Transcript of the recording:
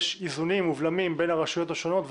יש איזונים ובלמים בין הרשויות השונות,